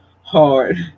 hard